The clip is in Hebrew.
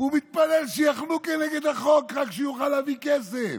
והוא מתפלל שיחנו כנגד החוק רק שיוכל להביא כסף.